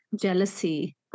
jealousy